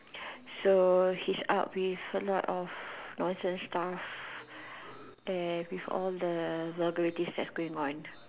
so he's up with a lot of nonsense stuff and with all the vulgarities that's been going on